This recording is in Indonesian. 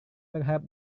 berharap